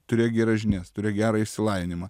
turėk geras žinias turėk gerą išsilavinimą